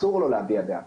שאסור לו להביע דעה